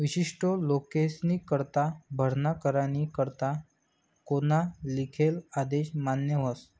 विशिष्ट लोकेस्नीकरता भरणा करानी करता कोना लिखेल आदेश मान्य व्हस